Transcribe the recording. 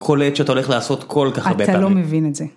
‫כל עת שאתה הולך לעשות ‫כל כך הרבה פעמים. ‫-אתה לא מבין את זה.